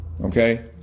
Okay